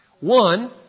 One